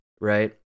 right